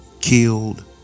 Killed